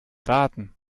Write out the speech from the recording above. daten